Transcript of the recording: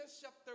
chapter